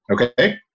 okay